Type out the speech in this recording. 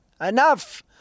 enough